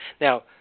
Now